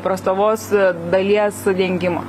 prastovos dalies dengimo